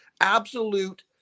absolute